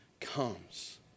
comes